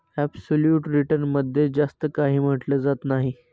absolute return मध्ये जास्त काही म्हटलं जात नाही